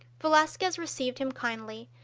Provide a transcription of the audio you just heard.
velazquez received him kindly,